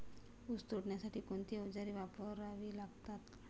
ऊस तोडणीसाठी कोणती अवजारे वापरावी लागतात?